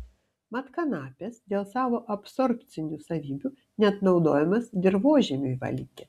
mat kanapės dėl savo absorbcinių savybių net naudojamos dirvožemiui valyti